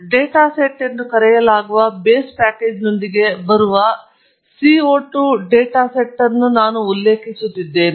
data set ಎಂದು ಕರೆಯಲಾಗುವ base ಪ್ಯಾಕೇಜ್ನೊಂದಿಗೆ ಬರುವ CO 2 ಡೇಟಾ ಸೆಟ್ ಅನ್ನು ನಾನು ಉಲ್ಲೇಖಿಸುತ್ತಿದ್ದೇನೆ